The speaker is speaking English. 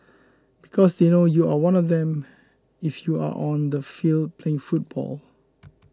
because they know you are one of them if you are on the field playing football